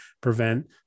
prevent